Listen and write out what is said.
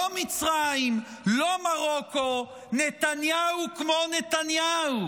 לא מצרים, לא מרוקו, נתניהו כמו נתניהו,